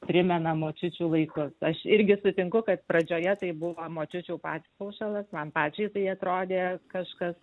primena močiučių laikus aš irgi sutinku kad pradžioje tai buvo močiučių patpuošalas man pačiai tai atrodė kažkas